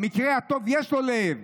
במקרה הטוב יש לו לב,